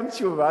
גם תשובה,